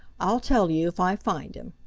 i'll tell you if i find him.